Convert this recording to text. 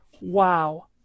Wow